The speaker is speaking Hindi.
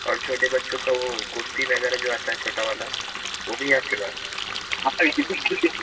और छोटे बच्चों का वह जो कुर्ती वग़ैरह जो आती है छोटी वाली वह भी है आपके पास